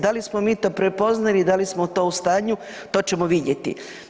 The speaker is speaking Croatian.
Da li smo mi to prepoznali i da li smo to u stanju to ćemo vidjeti.